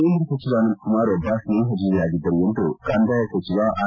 ಕೇಂದ್ರ ಸಚಿವ ಅನಂತಕುಮಾರ್ ಒಬ್ಬ ಸ್ನೇಹ ಜೀವಿ ಅಗಿದ್ದರು ಎಂದು ಕಂದಾಯ ಸಚಿವ ಆರ್